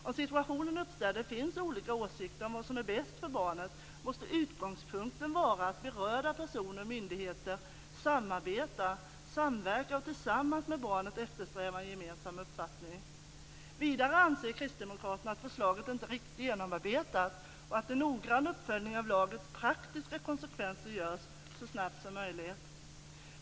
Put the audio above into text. Om en situation uppstår där det finns olika åsikter om vad som är bäst för barnet, måste utgångspunkten vara att berörda personer och myndigheter samarbetar och samverkar och tillsammans med barnet eftersträvar en gemensam uppfattning. Vidare anser kristdemokraterna att förslaget inte är riktigt genomarbetat och att en noggrann uppföljning av lagens praktiska konsekvenser ska göras så snabbt som möjligt.